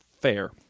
fair